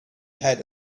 had